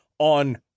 on